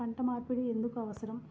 పంట మార్పిడి ఎందుకు అవసరం?